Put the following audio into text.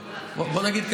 בוא נגיד ככה,